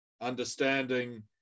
understanding